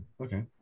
okay